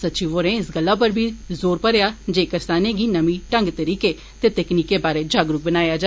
सचिव होरें इस गल्ला उप्पर बी जोर मरेआ जे करसाने गी नमें ढंग तरीके ते तकनीके बारै जागरुक बनाया जा